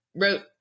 wrote